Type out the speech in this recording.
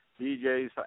DJs